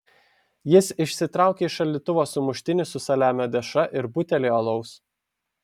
jis išsitraukė iš šaldytuvo sumuštinį su saliamio dešra ir butelį alaus